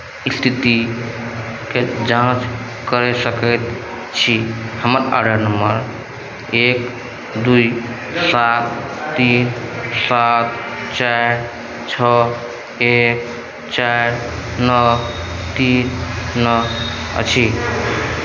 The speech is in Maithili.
स्थितिके जाँच करि सकैत छी हमर ऑर्डर नम्बर एक दू सात तीन सात चारि छओ एक चारि नओ तीन नओ अछि